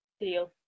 deal